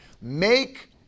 Make